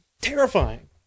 terrifying